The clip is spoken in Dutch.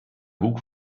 hoek